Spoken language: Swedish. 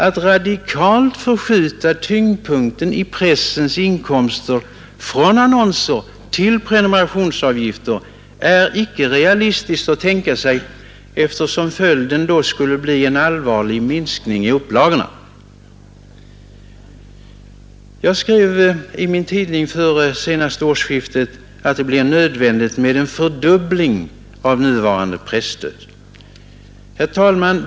Att radikalt förskjuta tyngdpunkten i pressens inkomster från annonser till prenumerationsavgifter är inte realistiskt att tänka sig, eftersom följden då skulle bli en allvarlig minskning i upplagorna. Jag skrev i min tidning strax före senaste årsskiftet att det blir nödvändigt med en fördubbling av nuvarande presstöd. Herr talman!